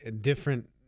different